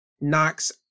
knocks